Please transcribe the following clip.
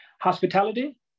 Hospitality